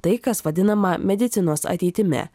tai kas vadinama medicinos ateitimi